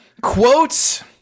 Quotes